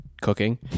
cooking